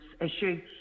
issue